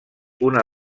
una